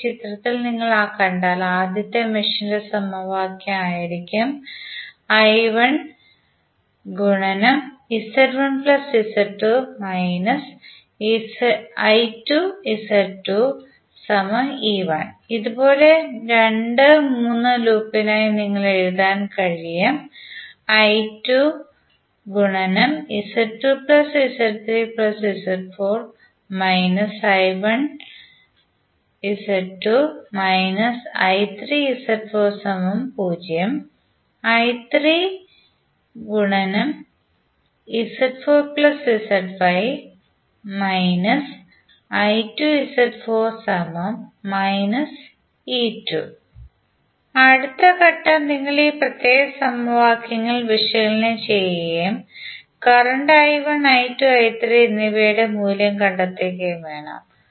അതിനാൽ ഈ ചിത്രത്തിൽ നിങ്ങൾ കണ്ടാൽ ആദ്യത്തെ മെഷിന്റെ സമവാക്യം ആയിരിക്കും അതുപോലെ രണ്ട് മൂന്ന് ലൂപ്പിനായി നിങ്ങൾക്ക് എഴുതാൻ കഴിയും അടുത്ത ഘട്ടം നിങ്ങൾ ഈ പ്രത്യേക സമവാക്യങ്ങൾ വിശകലനം ചെയ്യുകയും കറന്റ് I1 I2 I3 എന്നിവയുടെ മൂല്യം കണ്ടെത്തുകയും വേണം